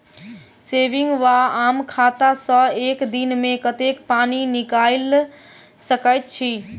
Saving वा आम खाता सँ एक दिनमे कतेक पानि निकाइल सकैत छी?